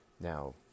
Now